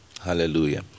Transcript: Hallelujah